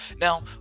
Now